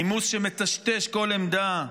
נימוס שמטשטש כל עמדה,